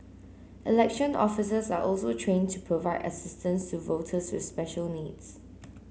election officers are also trained to provide assistance to voters with special needs